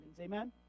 Amen